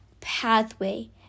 pathway